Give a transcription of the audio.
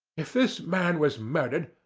if this man was murdered,